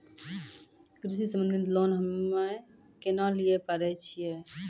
कृषि संबंधित लोन हम्मय केना लिये पारे छियै?